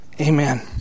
Amen